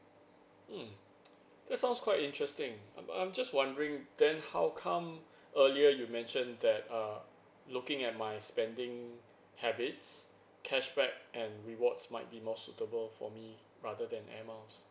mm that sounds quite interesting I'm I'm just wondering then how come earlier you mentioned that uh looking at my spending habits cashback and rewards might be more suitable for me rather than air miles